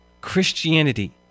Christianity